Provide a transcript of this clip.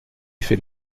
fais